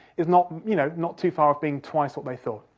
is not you know not too far off being twice what they thought.